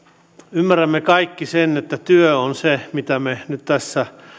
ymmärrämme kaikki sen että työ on se mitä me nyt tässä